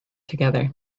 together